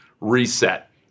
reset